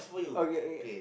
okay okay